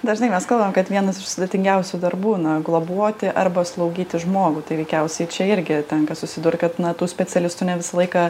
dažnai mes kalbam kad vienas iš sudėtingiausių darbų na globoti arba slaugyti žmogų tai veikiausiai čia irgi tenka susidurt kad na tų specialistų ne visą laiką